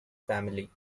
family